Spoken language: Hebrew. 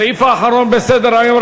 הסעיף האחרון בסדר-היום,